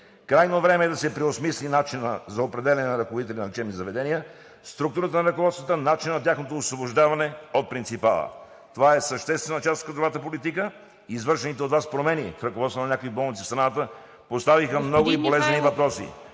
Крайно време е да се преосмисли начинът за определяне на ръководители на лечебни заведения, структурата на ръководствата, начинът на тяхното освобождаване от принципала –това е съществена част от кадровата политика. Извършените от Вас промени в ръководствата на някои болници в страната поставиха много и болезнени въпроси…